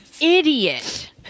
idiot